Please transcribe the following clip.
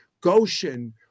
Goshen